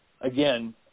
again